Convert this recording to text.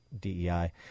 DEI